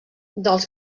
dels